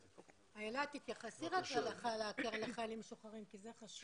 איילה, תתייחסי לחיילים משוחררים כי זה חשוב.